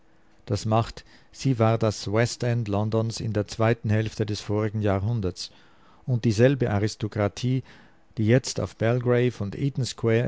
das macht sie war das westend londons in der zweiten hälfte des vorigen jahrhunderts und dieselbe aristokratie die jetzt auf belgrave und